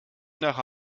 nach